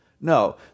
No